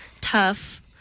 tough